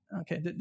Okay